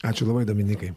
ačiū labai dominykai